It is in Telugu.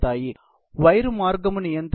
ఇది వాస్తవానికి వైర్ మార్గం నియంత్రణ